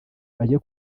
ajye